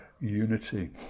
unity